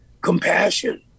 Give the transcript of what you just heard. compassion